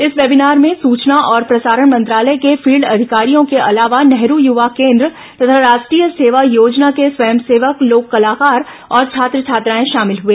इस वेबिनार में सुचना और प्रसारण मंत्रालय के फील्ड अधिकारियों के अलावा नेहरू युवा केन्द्र तथा राष्ट्रीय सेवा योजना के स्वयंसेवक लोक कलाकार और छात्र छात्राएं शामिल हुए